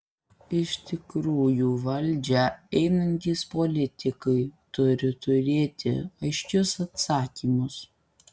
iš tikrųjų valdžią einantys politikai turi turėti aiškius atsakymus